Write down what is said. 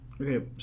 Okay